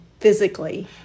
physically